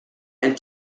and